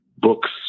books